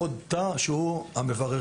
ועוד תא שהוא המבררים.